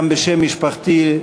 גם בשם משפחתי,